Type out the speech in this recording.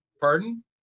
Pardon